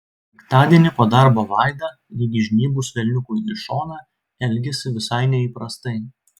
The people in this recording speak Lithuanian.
penktadienį po darbo vaida lyg įžnybus velniukui į šoną elgėsi visai neįprastai